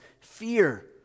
fear